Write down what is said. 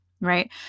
right